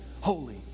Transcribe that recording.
holy